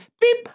Beep